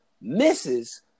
misses